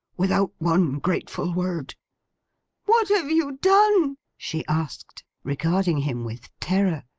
without one grateful word what have you done she asked regarding him with terror.